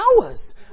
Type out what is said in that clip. hours